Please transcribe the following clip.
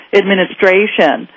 administration